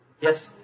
Yes